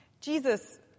Jesus